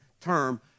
term